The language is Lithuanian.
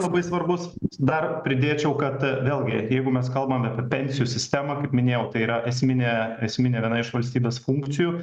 labai svarbus dar pridėčiau kad vėlgi jeigu mes kalbam apie pensijų sistemą kaip minėjau tai yra esminė esminė viena iš valstybės funkcijų